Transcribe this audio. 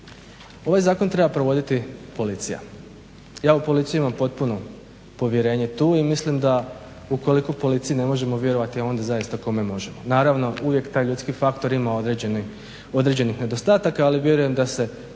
Ovaj zakon treba provoditi policija. Ja u policiju imam potpuno povjerenje tu i mislim da ukoliko policiji ne možemo vjerovati onda zaista kome možemo. Naravno uvijek taj ljudski faktor ima određenih nedostataka ali vjerujem da se